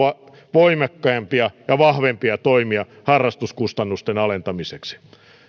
voimakkaampia ja vahvempia toimia harrastuskustannusten alentamiseksi